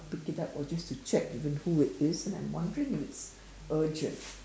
pick it up or just to check even who it is and I'm wondering if it's urgent